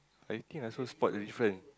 I think I also spot the different